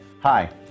Hi